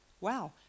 Wow